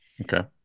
Okay